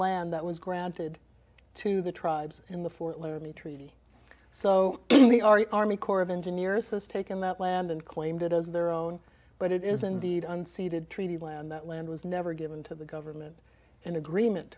land that was granted to the tribes in the fort laramie treaty so the our army corps of engineers has taken that land and claimed it as their own but it is indeed unseeded treaty land that land was never given to the government in agreement